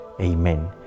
Amen